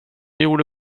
gjorde